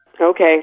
Okay